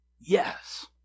yes